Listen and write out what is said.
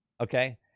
Okay